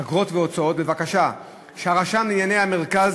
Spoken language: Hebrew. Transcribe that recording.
אגרות והוצאות בבקשה שהרשם לענייני המרכז